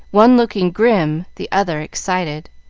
one looking grim, the other excited.